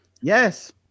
Yes